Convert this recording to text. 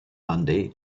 monday